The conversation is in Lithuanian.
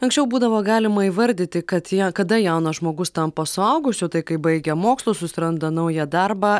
anksčiau būdavo galima įvardyti kad jie kada jaunas žmogus tampa suaugusiu tai kai baigia mokslus susiranda naują darbą